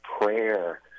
prayer